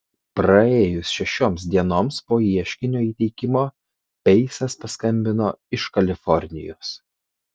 praėjus šešioms dienoms po ieškinio įteikimo peisas paskambino iš kalifornijos